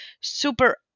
super